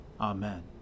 Amen